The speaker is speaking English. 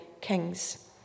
kings